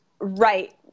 Right